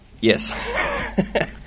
yes